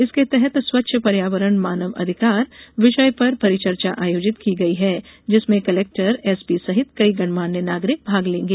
इसके तहत स्वच्छ पर्यावरण मानव अधिकार विषय परिचर्चा आयोजित की गई है जिसमें कलेक्टर एसपी सहित कई गणमान्य नागरिक भाग लेंगे